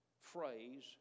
phrase